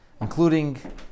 including